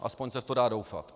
Aspoň se v to dá doufat.